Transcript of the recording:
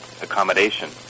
accommodation